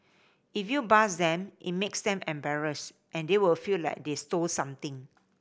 if you buzz them it makes them embarrassed and they will feel like they stole something